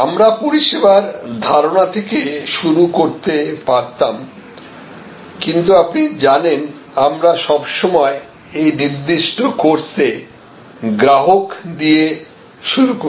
আমরা পরিষেবার ধারণা থেকে শুরু করতে পারতাম কিন্তু আপনি জানেন আমরা সবসময় এই নির্দিষ্ট কোর্সে গ্রাহক দিয়ে শুরু করি